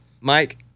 Mike